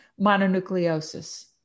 mononucleosis